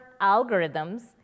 algorithms